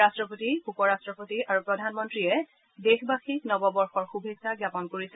ৰাষ্ট্ৰপতি উপ ৰাষ্টপতি আৰু প্ৰধানমন্ত্ৰীয়ে দেশৱাসীক নৱবৰ্ষৰ শুভেচ্ছা জ্ঞাপন কৰিছে